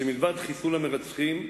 שמלבד חיסול המרצחים,